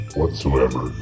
whatsoever